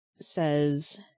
says